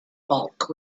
bulk